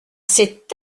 c’est